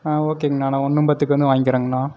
ஆ ஓகேங்கணா நான் ஒன் ஐம்பத்துக்கு வந்து வாய்ங்க்கிறங்கணா